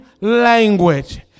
language